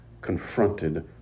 confronted